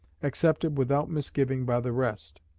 accepted without misgiving by the rest.